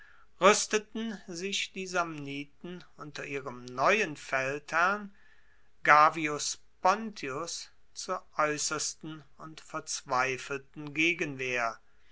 ruesteten sich die samniten unter ihrem neuen feldherrn gavius pontius zur aeussersten und verzweifelten gegenwehr